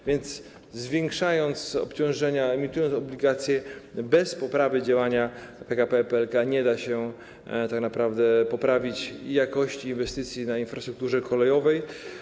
A więc zwiększając obciążenia, emitując obligacje bez poprawy działania PKP PLK, nie da się tak naprawdę poprawić jakości inwestycji w infrastrukturę kolejową.